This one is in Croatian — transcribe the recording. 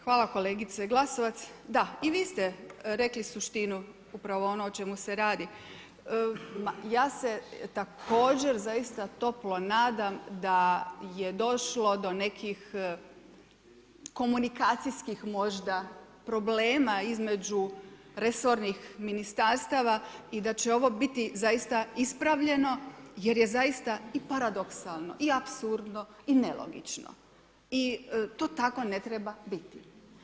Hvala kolegice Glasovac, da i vi ste rekli suštinu upravo ono o čemu se radi ja se također zaista toplo nadam da je došlo do nekih komunikacijskih možda problema između resornih ministarstva i da će ovo biti zaista ispravljeno jer je zaista i paradoksalno i apsurdno i nelogično i to tako ne treba biti.